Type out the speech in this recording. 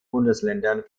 bundesländern